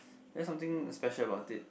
that's something special about it